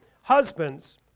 Husbands